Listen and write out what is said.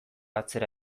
atzera